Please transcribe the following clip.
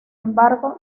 embargo